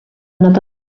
another